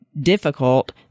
difficult